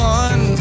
one